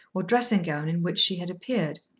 or dressing-gown in which she had appeared.